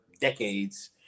decades